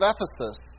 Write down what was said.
Ephesus